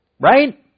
right